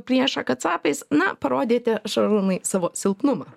priešą kacapais na parodėte šarūnai savo silpnumą